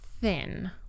thin